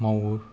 मावो